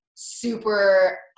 super